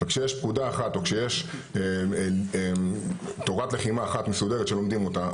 כשיש פקודה אחת או כשיש תורת לחימה אחת מסודרת שלומדים אותה,